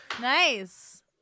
Nice